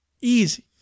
Easy